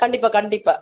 கண்டிப்பாக கண்டிப்பாக